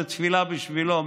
זו תפילה בשבילו,